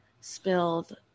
spilled